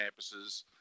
campuses